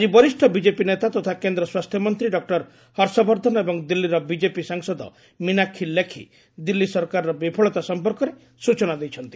ଆଜି ବରିଷ୍ଠ ବିଜେପି ନେତା ତଥା କେନ୍ଦ୍ର ସ୍ୱାସ୍ଥ୍ୟମନ୍ତ୍ରୀ ଡକ୍କର ହର୍ଷବର୍ଦ୍ଧନ ଏବଂ ଦିଲ୍ଲୀର ବିକେପି ସାଂସଦ ମୀନାକ୍ଷୀ ଲେଖି ଦିଲ୍ଲୀ ସରକାରର ବିଫଳତା ସମ୍ପର୍କରେ ସ୍ୱଚନା ଦେଇଛନ୍ତି